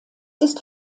ist